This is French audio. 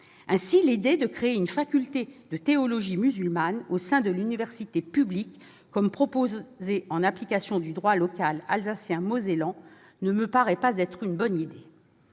Ainsi, l'idée de créer une faculté de théologie musulmane au sein de l'université publique, comme il est proposé en application du droit local alsacien-mosellan, ne me paraît pas être une bonne idée.